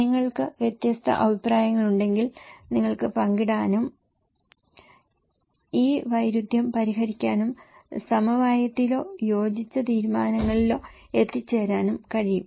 നിങ്ങൾക്ക് വ്യത്യസ്ത അഭിപ്രായങ്ങളുണ്ടെങ്കിൽ നിങ്ങൾക്ക് പങ്കിടാനും ഈ വൈരുദ്ധ്യം പരിഹരിക്കാനും സമവായത്തിലോ യോജിച്ച തീരുമാനങ്ങളിലോ എത്തിച്ചേരാനും കഴിയും